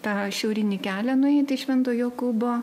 tą šiaurinį kelią nueiti švento jokūbo